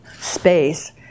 space